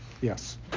Yes